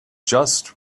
just